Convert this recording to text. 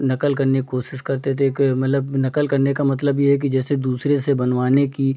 नकल करने की कोशिश करते थे के मतलब नकल करने का मतलब ये है कि जैसे दूसरे से बनवाने की